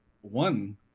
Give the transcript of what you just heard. one